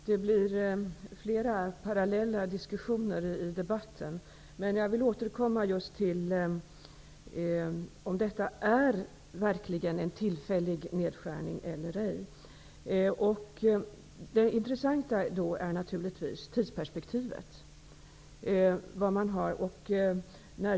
Herr talman! Det blir fler parallella diskussioner i denna interpellationsdebatt. Jag vill återkomma till frågan om detta är en tillfällig nedskärning eller ej. Det intressanta är tidsperspektivet.